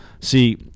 see